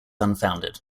unfounded